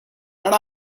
and